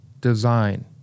design